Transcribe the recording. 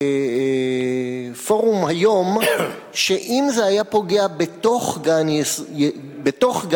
בפורום היום שאם זה היה פוגע בתוך גן-הילדים,